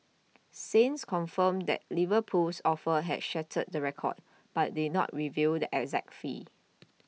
Saints confirmed that Liverpool's offer had shattered the record but did not reveal the exact fee